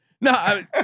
No